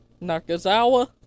Nakazawa